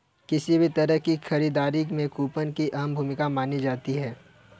किसी भी तरह की खरीददारी में कूपन की अहम भूमिका मानी जाती है